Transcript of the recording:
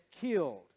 killed